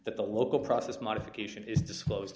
that the local process modification is disclosed